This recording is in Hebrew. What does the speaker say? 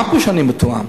מה פירוש אני מתואם?